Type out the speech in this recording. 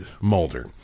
Mulder